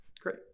Great